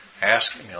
asking